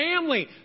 family